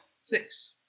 Six